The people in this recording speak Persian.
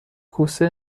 کوسه